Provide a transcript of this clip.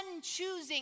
unchoosing